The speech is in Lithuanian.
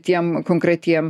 tiem konkretiem